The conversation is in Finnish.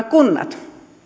kunnat